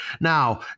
Now